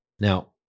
Now